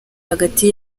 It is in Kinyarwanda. hagati